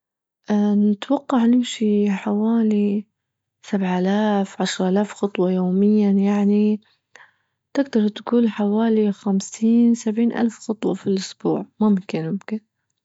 اه نتوقع نمشي حوالي سبعة آلاف عشرة آلاف خطوة يوميا يعني تجدر تجول حوالي خمسين سبعين ألف خطوة في الاسبوع ممكن-ممكن.